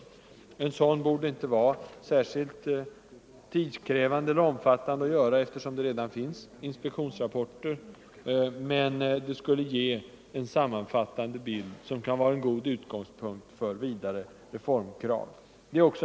En sådan redovisning borde inte behöva bli särskilt tidskrävande, eftersom man redan har inspektionsrapporter, men den skulle ge en sammanfattande bild som kan vara en god utgångspunkt för vidare reformkrav.